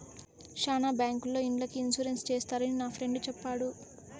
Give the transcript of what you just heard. శ్యానా బ్యాంకుల్లో ఇండ్లకి ఇన్సూరెన్స్ చేస్తారని నా ఫ్రెండు చెప్పాడు